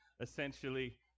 essentially